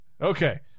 Okay